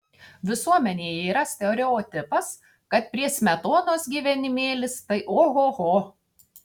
visuomenėje yra stereotipas kad prie smetonos gyvenimėlis tai ohoho